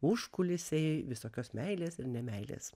užkulisiai visokios meilės ir nemeilės